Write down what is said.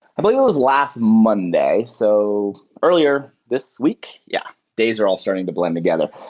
i believe it was last monday. so earlier this week, yeah, days are all starting to blend together.